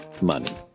money